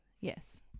Yes